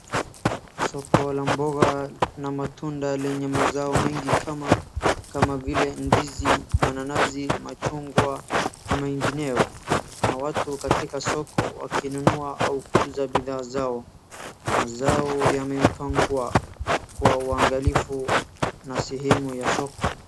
Soko la mboga na matunda lenye mazao mengi kama vile ndizi, mananasi, machungwa na mengineo. Kuna watu katika soko wakinunua au kuuza bidhaa zao. Mazao yamepangwa kwa uangalifu na sehemu ya soko.